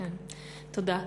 תודה.